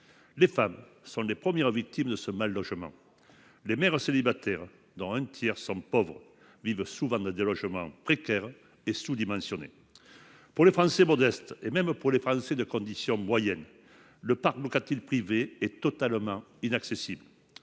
Les femmes en sont les premières victimes. Les mères célibataires, dont un tiers sont pauvres, vivent souvent dans des logements précaires et sous-dimensionnés. Pour les Français modestes, et même pour les Français de condition moyenne, le parc locatif privé est totalement inaccessible.